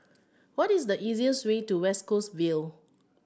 what is the easiest way to West Coast Vale